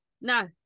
No